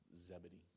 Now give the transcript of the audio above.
Zebedee